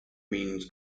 means